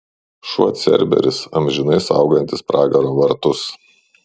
šuo cerberis amžinai saugantis pragaro vartus